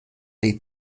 die